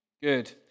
Good